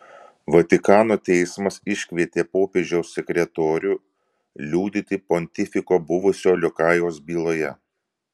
vatikano teismas iškvietė popiežiaus sekretorių liudyti pontifiko buvusio liokajaus byloje